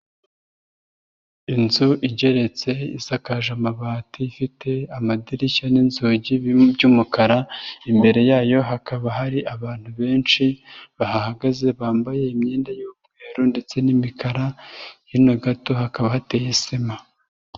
Inzu igeretse isakaje amabati ifite amadirishya n'inzugi biri mu by'umukara, imbere yayo hakaba hari abantu benshi bahagaze bambaye imyenda y'umweru ndetse n'imikara, hino gato hakaba hateye sima.